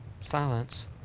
Silence